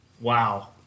Wow